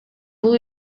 бул